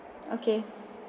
okay